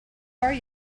are